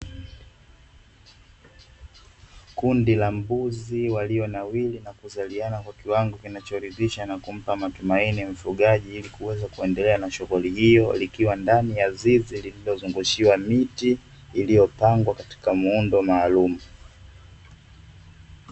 Kundi la mbuzi walionawiri, na kuzaliana kwa kiwango kinachoridhisha na kumpa matumaini mfugaji kuweza kuendelea na shughuli hiyo, likiwa ndani ya zizi lililozungushiwa miti, iliyopangwa katika muundo maalumu.